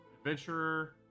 adventurer